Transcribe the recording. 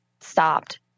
stopped